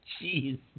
Jeez